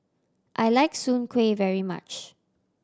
I like Soon Kuih very much